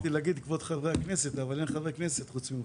רציתי להגיד "כבוד חברי הכנסת" אבל אין חברי כנסת חוץ ממך.